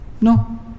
No